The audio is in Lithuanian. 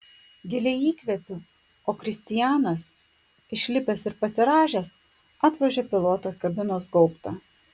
giliai įkvepiu o kristianas išlipęs ir pasirąžęs atvožia piloto kabinos gaubtą